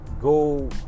go